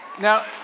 Now